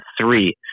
three